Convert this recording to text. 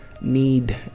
need